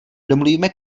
domluvíme